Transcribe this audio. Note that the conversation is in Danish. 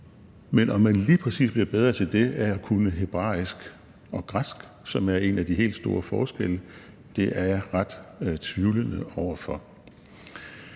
Om man lige præcis bliver bedre til det af at kunne hebraisk og græsk, som er en af de helt store forskelle, er jeg ret tvivlende over for.